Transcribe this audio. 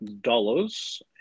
dollars